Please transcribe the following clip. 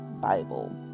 Bible